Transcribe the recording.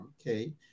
Okay